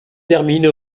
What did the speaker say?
termine